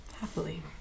Happily